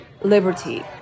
liberty